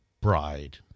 bride